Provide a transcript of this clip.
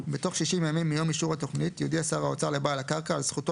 בתוך שישים ימים מיום אישור התוכנית יודיע שר האוצר לבעל הקרקע על זכותו